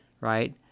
right